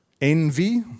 Envy